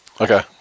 Okay